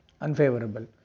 unfavorable